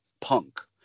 punk